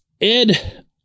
Ed